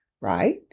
right